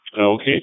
Okay